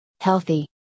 healthy